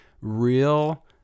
real